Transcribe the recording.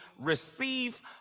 receive